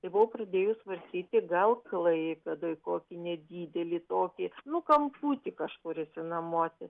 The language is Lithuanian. tai buvau pradėjus svarstyti gal klaipėdoj kokį nedidelį tokį nu kamputį kažkur išsinuomoti